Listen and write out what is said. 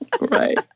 Right